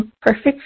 perfect